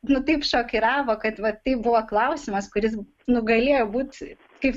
nu taip šokiravo kad va tai buvo klausimas kuris nu galėjo būt kaip